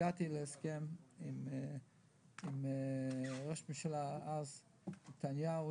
הגעתי להסכם עם ראש הממשלה דאז נתניהו,